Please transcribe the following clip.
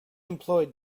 employed